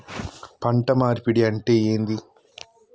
పంట మార్పిడి అంటే ఏంది?